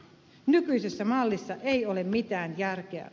nykyisessä mallissa ei ole mitään järkeä